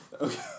Okay